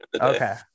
Okay